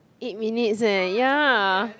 eight minutes eh ya